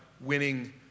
winning